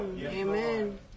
Amen